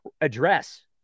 address